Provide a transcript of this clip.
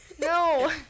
No